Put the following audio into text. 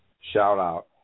shout-out